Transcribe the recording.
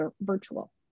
virtual